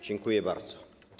Dziękuję bardzo.